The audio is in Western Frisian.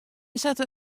sette